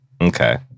Okay